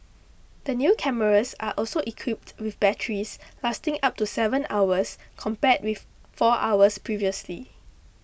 the new cameras are also equipped with batteries lasting up to seven hours compared with four hours previously